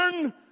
turn